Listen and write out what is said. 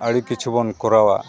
ᱟᱹᱰᱤ ᱠᱤᱪᱷᱩ ᱵᱚᱱ ᱠᱚᱨᱟᱣᱟ